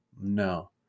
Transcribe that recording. no